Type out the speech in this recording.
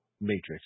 matrix